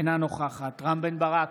אינה נוכחת רם בן ברק,